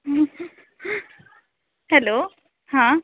hello हां